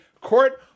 Court